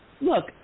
Look